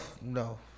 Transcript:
No